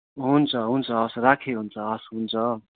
हुन्छ हुन्छ हवस् राखेँ हुन्छ हवस् हुन्छ